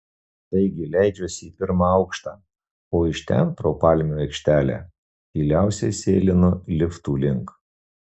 taigi leidžiuosi į pirmą aukštą o iš ten pro palmių aikštelę tyliausiai sėlinu liftų link